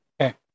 Okay